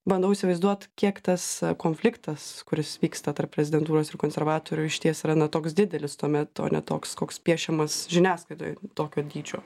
bandau įsivaizduot kiek tas konfliktas kuris vyksta tarp prezidentūros ir konservatorių išties yra na toks didelis tuomet o ne toks koks piešiamas žiniasklaidoj tokio dydžio